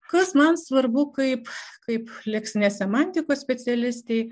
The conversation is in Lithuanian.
kas man svarbu kaip kaip leksinės semantikos specialistei